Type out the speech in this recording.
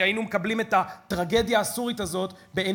כי אז היינו מקבלים את הטרגדיה הסורית הזאת בעין-גב,